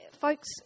folks